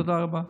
תודה רבה.